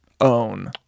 own